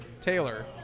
Taylor